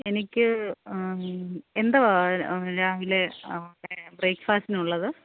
എനിക്ക് എന്താ രാവിലെ ബ്രേക്ക്ഫാസ്റ്റിനുള്ളത്